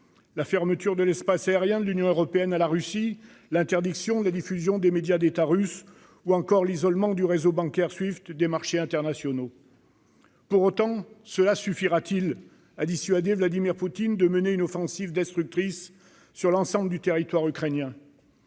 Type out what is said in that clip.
la fermeture de l'espace aérien de l'Union européenne à la Russie, l'interdiction de la diffusion des médias d'État russes ou encore l'isolement du réseau bancaire Swift des marchés internationaux. Pour autant, cela suffira-t-il à dissuader Vladimir Poutine de mener une offensive destructrice sur l'ensemble du territoire ukrainien ?